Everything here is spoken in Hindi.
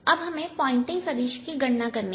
अब हमें पॉइंटिंग सदिश की गणना करनी है